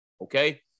Okay